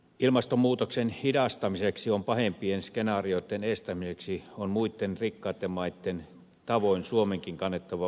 ilmastonmuutoksen hidastamiseksi ja pahempien skenaarioitten estämiseksi on muitten rikkaitten maitten tavoin suomenkin kannettava vastuunsa